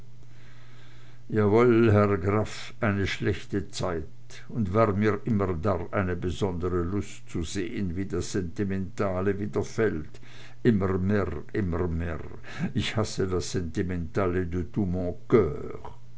herr graff eine schlechte zeit und warr mir immerdarr eine besondere lust zu sehen wie das sentimentalle wieder fällt immer merr immer merr ich hasse das sentimentalle de